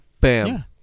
Bam